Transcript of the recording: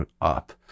up